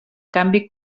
canvi